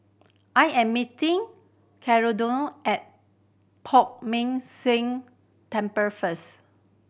I am meeting at Poh Ming Tse Temple first